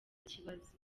kibazo